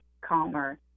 calmer